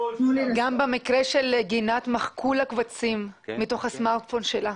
במקרה של גינת גם מחקו לה קבצים מתוך הסמארטפון שלה.